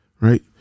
Right